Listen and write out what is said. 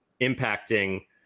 impacting